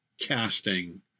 casting